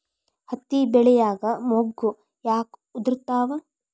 ಹತ್ತಿ ಬೆಳಿಯಾಗ ಮೊಗ್ಗು ಯಾಕ್ ಉದುರುತಾವ್?